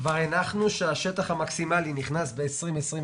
כבר הנחנו שהשטח המקסימלי נכנס ב-2022.